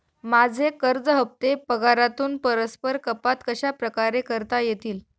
माझे कर्ज हफ्ते पगारातून परस्पर कपात कशाप्रकारे करता येतील?